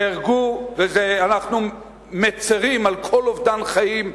נהרגו, אנחנו מצרים על כל אובדן חיים,